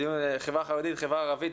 דיון על החברה החרדית ועל החברה הערבית.